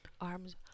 arms